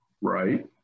right